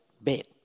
bed